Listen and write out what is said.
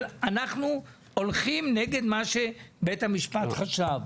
אבל אנחנו הולכים נגד מה שבית המשפט חשב.